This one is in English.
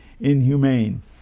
inhumane